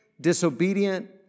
disobedient